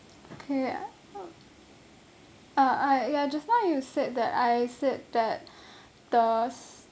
okay uh uh ya just now you said that I said that the